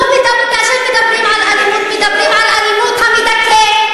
לא מדברים, כאשר מדברים על אלימות המדכא.